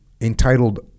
entitled